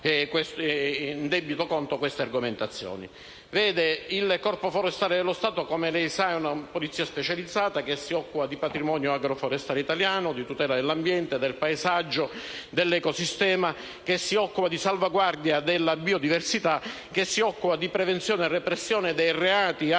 Vede, il Corpo forestale dello Stato, come lei sa, è una polizia specializzata che si occupa del patrimonio agro‑forestale italiano, di tutela dell'ambiente, del paesaggio e dell'ecosistema, di salvaguardia della biodiversità, di prevenzione e repressione dei reati agroalimentari